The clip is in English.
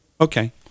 Okay